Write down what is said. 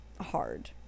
hard